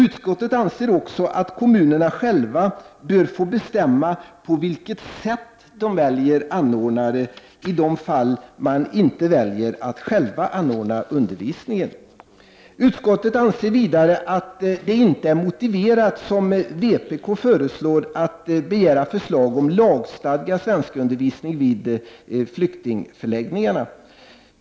Utskottet anser också att kommunerna själva bör få bestämma på vilket sätt de väljer anordnare i de fall då de inte väljer att själva anordna undervisningen. Utskottet anser vidare att det inte är motiverat att, som vpk föreslår, begära förslag om lagstadgad svenskundervisning vid flyktingförläggningarna.